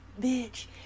bitch